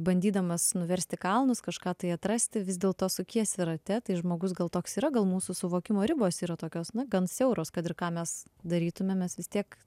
bandydamas nuversti kalnus kažką tai atrasti vis dėl to sukiesi rate tai žmogus gal toks yra gal mūsų suvokimo ribos yra tokios na gan siauros kad ir ką mes darytume mes vis tiek